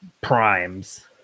primes